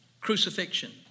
crucifixion